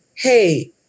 Hey